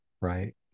Right